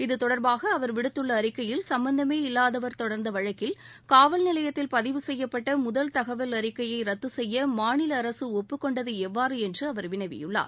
இத்தொடர்பாக அவர் விடுத்துள்ள அறிக்கையில் சும்பந்தமே இல்லாதவர் தொடர்ந்த வழக்கில் காவல் நிலையத்தில் பதிவு செய்யப்பட்ட முதல் தகவல் அறிக்கையை ரத்து செய்ய மாநில அரசு எப்படி ஒப்புக்கொண்டது எவ்வாறு என்று அவர் வினவியுள்ளார்